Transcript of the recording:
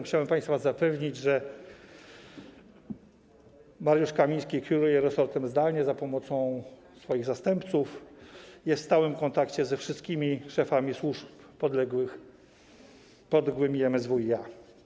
Chciałem państwa zapewnić, że Mariusz Kamiński kieruje resortem zdalnie, przy pomocy swoich zastępców, jest w stałym kontakcie ze wszystkimi szefami służb podległych MSWiA.